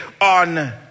on